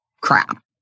crap